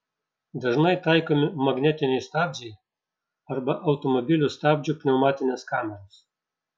dažnai taikomi magnetiniai stabdžiai arba automobilių stabdžių pneumatinės kameros